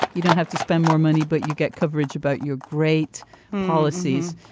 you don't have to spend more money, but you get coverage about your great policies.